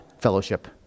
fellowship